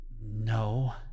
No